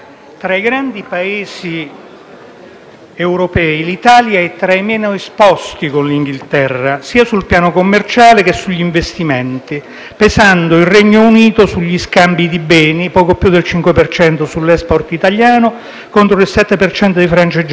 europei, l'Italia è tra i meno esposti con l'Inghilterra, sia sul piano commerciale che sugli investimenti, pesando il Regno Unito sugli scambi di beni poco più del 5 per cento sull'*export* italiano, contro il 7 per cento di Francia e Germania, e oltre il 10